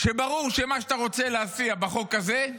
שברור שמה שאתה רוצה להציע בחוק הזה הוא